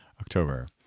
October